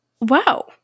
Wow